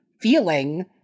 feeling